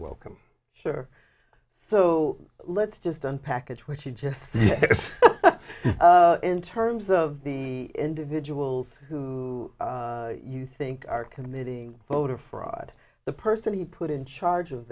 welcome sure so let's just one package which he just said in terms of the individuals who you think are committing voter fraud the person he put in charge of